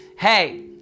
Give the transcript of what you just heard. hey